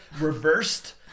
reversed